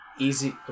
easy